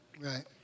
right